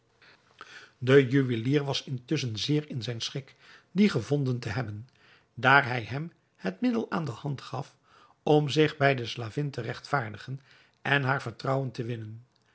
de juwelier was intusschen zeer in zijn schik dien gevonden te hebben daar hij hem het middel aan de hand gaf om zich bij de slavin te regtvaardigen en haar vertrouwen te winnen